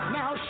Now